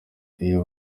iyo